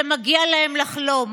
שמגיע להם לחלום,